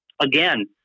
again